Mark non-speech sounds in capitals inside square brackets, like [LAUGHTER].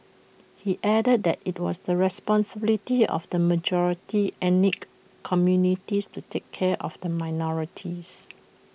he added that IT was the responsibility of the majority [UNINTELLIGIBLE] communities to take care of the minorities